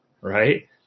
right